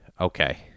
Okay